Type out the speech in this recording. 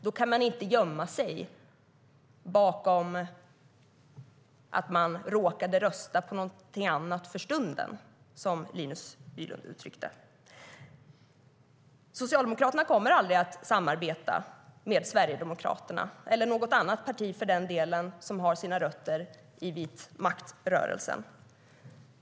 Då kan man inte gömma sig bakom att man råkade rösta på något annat "för stunden", som Linus Bylund uttryckte det. Socialdemokraterna kommer aldrig att samarbeta med Sverigedemokraterna eller något annat parti som har sina rötter i vitmaktrörelsen.